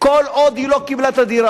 כל עוד היא לא קיבלה את הדירה.